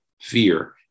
fear